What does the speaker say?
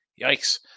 Yikes